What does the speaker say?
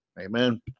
Amen